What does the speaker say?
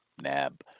nab